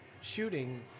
shooting